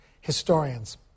historians